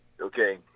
Okay